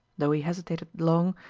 though he hesitated long,